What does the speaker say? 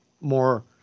more –